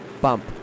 bump